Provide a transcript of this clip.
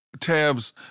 tabs